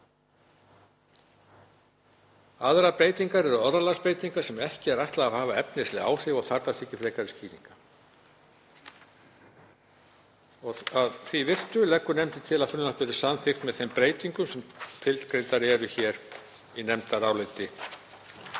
Aðrar breytingar eru orðalagsbreytingar sem ekki er ætlað að hafa efnisleg áhrif og þarfnast ekki frekari skýringa. Að því virtu leggur nefndin til að frumvarpið verði samþykkt með þeim breytingum sem tilgreindar eru hér í nefndaráliti